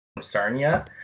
Sarnia